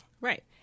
Right